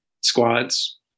squads